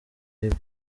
libre